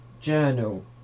journal